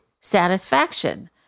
satisfaction